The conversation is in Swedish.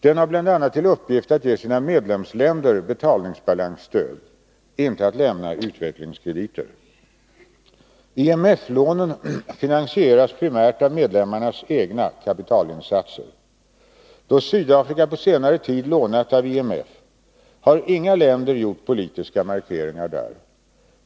Den har bl.a. till uppgift att ge sina Tisdagen den medlemsländer betalningsbalansstöd, inte att lämna utvecklingskrediter. 18 januari 1983 IMF-lånen finansieras primärt av medlemmarnas egna kapitalinsatser. Då Sydafrika på senare tid lånat av IMF har inga länder gjort politiska markeringar där.